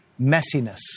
messiness